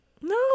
No